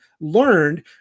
learned